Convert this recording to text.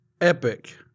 epic